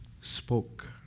spoke